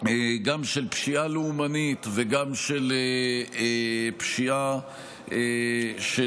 גם של פשיעה לאומנית וגם של פשיעה של